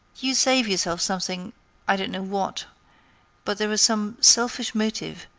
you save yourself something i don't know what but there is some selfish motive,